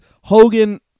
Hogan